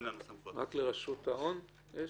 רק לרשות ההון יש?